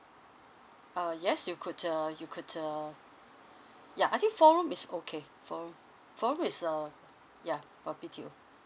uh yes you could err you could err ya I think four room is okay four room four room is uh ya for B_T_O